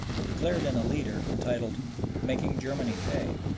declared in a leader entitled making germany pay,